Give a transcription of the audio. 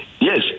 Yes